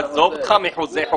עזוב אותך מחוזה.